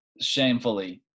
shamefully